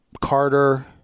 Carter